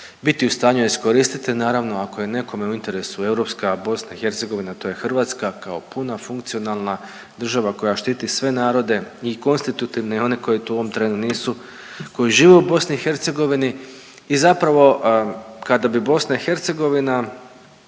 biti u stanju iskoristiti, naravno, ako je nekome u interesu europska BiH, to je Hrvatska, kao puna funkcionalna država koja štiti sve narode i konstitutivne i one koji to u ovom trenu nisu koji žive u BiH i zapravo kada bi BiH bila